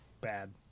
bad